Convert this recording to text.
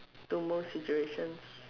to most situations